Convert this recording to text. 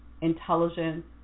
intelligence